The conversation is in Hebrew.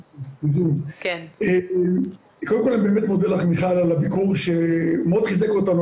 קודם כל אני באמת מודה לך מיכל על הביקור השבוע שמאוד חיזק אותנו,